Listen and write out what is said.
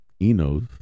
Eno's